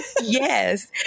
yes